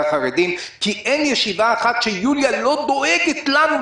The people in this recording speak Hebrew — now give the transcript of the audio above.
החרדים כי אין ישיבה אחת שיוליה לא דואגת לנו,